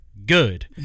good